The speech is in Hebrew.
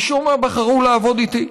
משום מה בחרו לעבוד איתי.